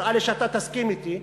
נראה לי שאתה תסכים אתי,